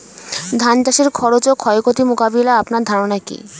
ধান চাষের খরচ ও ক্ষয়ক্ষতি মোকাবিলায় আপনার ধারণা কী?